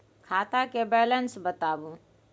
खाता के बैलेंस बताबू?